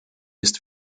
ist